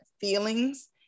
feelings